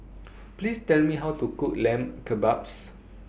Please Tell Me How to Cook Lamb Kebabs